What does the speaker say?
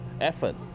effort